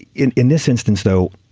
in in this instance though.